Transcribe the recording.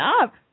Up